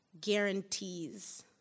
guarantees